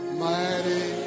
mighty